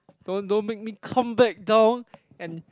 don't don't make me come back down and